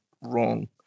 wrong